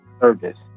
service